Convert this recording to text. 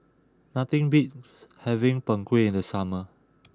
nothing beats having Png Kueh in the summer